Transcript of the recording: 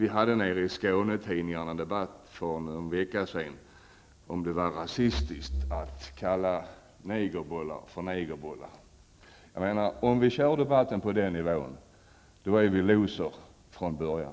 I Skånetidningarna debatterades det för någon vecka sedan om det var rasistiskt att kalla negerbollar för negerbollar. Om vi för debatten på den nivån, då är vi losers från början.